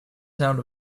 sound